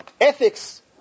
ethics